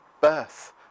birth